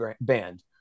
band